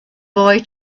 boy